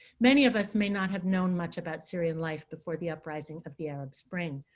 many of us may not have known much about syrian life before the uprising of the arab spring,